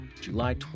July